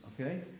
okay